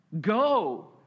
Go